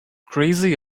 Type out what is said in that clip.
crazy